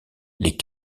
les